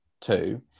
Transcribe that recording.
two